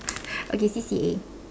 okay C_C_A